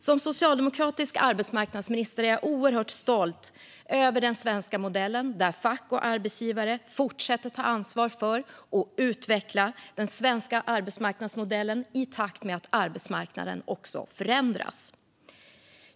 Som socialdemokratisk arbetsmarknadsminister är jag oerhört stolt över den svenska modellen, där fack och arbetsgivare fortsätter att ta ansvar för och utveckla den svenska arbetsmarknadsmodellen i takt med att arbetsmarknaden förändras.